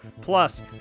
Plus